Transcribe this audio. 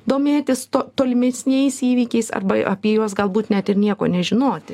domėtis to tolimesniais įvykiais arba apie juos galbūt net ir nieko nežinoti